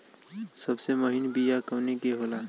सबसे महीन बिया कवने के होला?